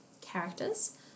characters